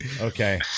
Okay